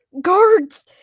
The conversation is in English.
Guards